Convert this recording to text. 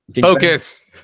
Focus